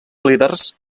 líders